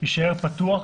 יישאר פתוח